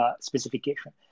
specification